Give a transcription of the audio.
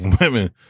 women